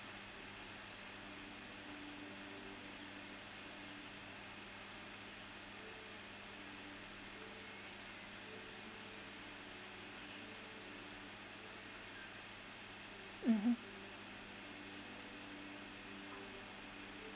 mmhmm